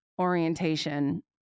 orientation